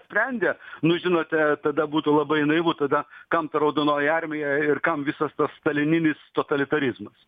sprendė nu žinote tada būtų labai naivu tada kam ta raudonoji armija ir kam visas tas stalininis totalitarizmas